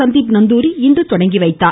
சந்தீப் நந்தூாி இன்று தொடங்கி வைத்தார்